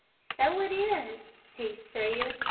so it is, he said,